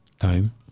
time